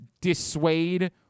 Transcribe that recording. dissuade